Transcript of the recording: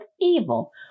evil